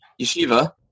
yeshiva